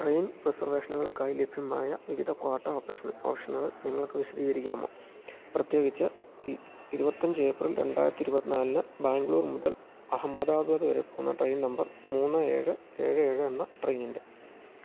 train റിസർവേഷനുകൾക്കായി ലഭ്യമായ വിവിധ ക്വാട്ട ഓപ്ഷനുകൾ നിങ്ങൾക്ക് വിശദീകരിക്കാമോ പ്രത്യേകിച്ച് ഇരുപത്തിയഞ്ച് ഏപ്രിൽ രണ്ടായിരത്തി ഇരുപത്തിനാലിന് ബാംഗ്ലൂർ മുതൽ അഹമ്മദാബാദ് വരെ പോകുന്ന ട്രെയിൻ നമ്പർ മൂന്ന് ഏഴ് ഏഴ് ഏഴ് എന്ന ട്രെയിനിൻ്റെ